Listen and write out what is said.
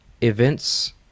events